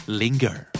linger